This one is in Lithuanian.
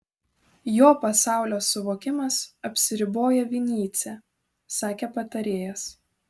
jo pasaulio suvokimas apsiriboja vinycia sakė patarėjas